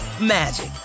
magic